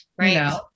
right